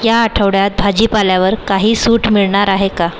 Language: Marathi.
या आठवड्यात भाजीपाल्यावर काही सूट मिळणार आहे का